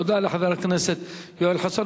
תודה לחבר הכנסת יואל חסון.